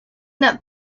that